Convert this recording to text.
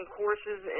courses